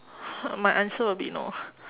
uh my answer will be no